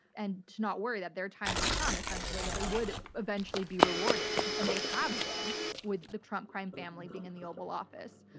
and to not worry, that their time would come. essentially, that they would eventually be rewarded. and they have been with the trump crime family being in the oval office.